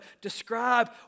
describe